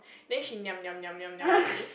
then she niam niam niam niam niam already